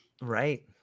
right